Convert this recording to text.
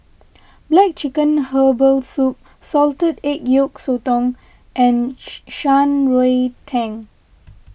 Black Chicken Herbal Soup Salted Egg Yolk Sotong and Shan Rui Tang